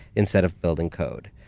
instead of building code.